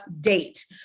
date